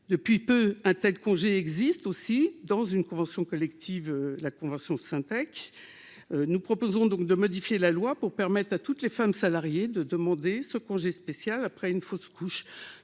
Depuis peu, un tel congé figure aussi dans une convention collective en France, la convention Syntec. Nous proposons donc de modifier la loi pour permettre à toutes les femmes salariées de demander ce congé spécial après une fausse couche.